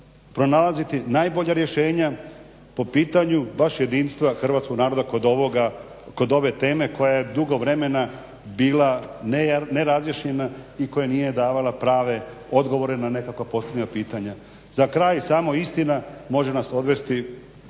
pronalaziti najbolja rješenja po pitanju baš jedinstva hrvatskog naroda kod ove teme koja je dugo vremena bila nerazriješena i koja nije davala prave odgovore na nekakva postavljena pitanja. Za kraj samo istina može nas odvesti